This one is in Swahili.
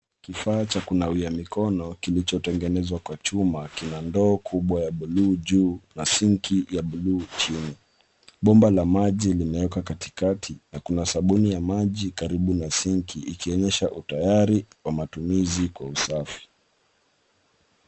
Kifaa cha kunawia mikono kilichotengezwa kwa chuma kina ndoo kubwa ya blue juu na sinki ya blue chini. Bomba la maji limewekwa katikati na kuna sabuni ya maji karibu na sinki ikionyesha utayari kwa matumizi ya usafi.